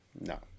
No